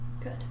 Good